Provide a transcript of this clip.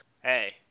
Hey